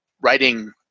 Writing